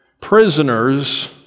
Prisoners